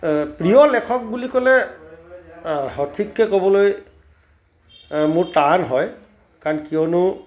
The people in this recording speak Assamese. প্ৰিয় লেখক বুলি ক'লে সঠিককৈ ক'বলৈ মোৰ টান হয় কাৰণ কিয়নো